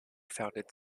founded